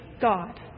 God